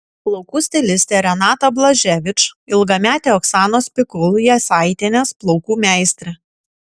plaukų stilistė renata blaževič ilgametė oksanos pikul jasaitienės plaukų meistrė